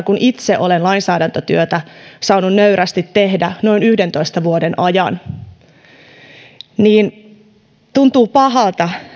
kun itse olen lainsäädäntötyötä saanut nöyrästi tehdä noin yhdentoista vuoden ajan että tuntuu pahalta